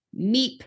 meep